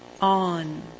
on